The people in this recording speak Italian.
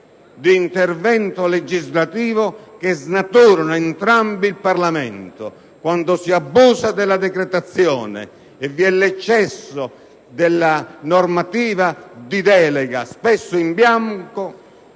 di intervento legislativo che snaturano, entrambi, il Parlamento. Quando si abusa della decretazione d'urgenza e quando vi è l'eccesso della normativa di delega, spesso in bianco,